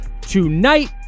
tonight